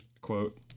quote